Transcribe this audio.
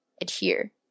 adhere